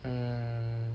mm